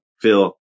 Phil